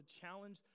challenge